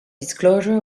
disclosure